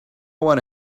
want